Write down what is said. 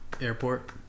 airport